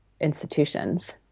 institutions